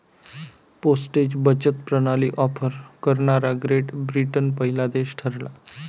postage बचत प्रणाली offer करणारा ग्रेट ब्रिटन पहिला देश ठरला